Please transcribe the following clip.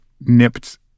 nipped